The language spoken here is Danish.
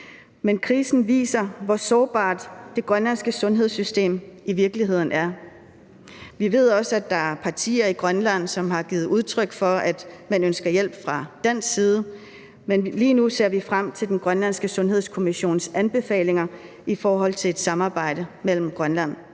men krisen viser, hvor sårbart det grønlandske sundhedssystem i virkeligheden er. Vi ved også, at der er partier i Grønland, som har givet udtryk for, at man ønsker hjælp fra dansk side, men lige nu ser vi frem til den grønlandske sundhedskommissions anbefalinger i forhold til et samarbejde mellem Grønland